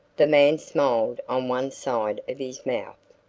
the man smiled on one side of his mouth.